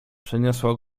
przeniosła